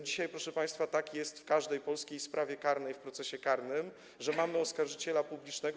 Dzisiaj, proszę państwa, tak jest w każdej polskiej sprawie karnej, w procesie karnym, że mamy oskarżyciela publicznego.